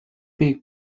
big